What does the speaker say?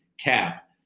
cap